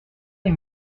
les